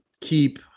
keep